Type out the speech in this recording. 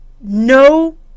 no